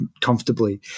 comfortably